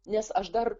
nes aš dar